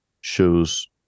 shows